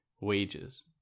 wages